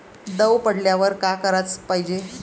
दव पडल्यावर का कराच पायजे?